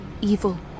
evil